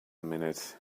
minute